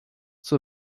zur